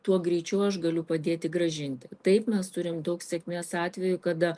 tuo greičiau aš galiu padėti grąžinti taip mes turim daug sėkmės atvejų kada